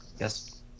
yes